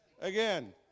Again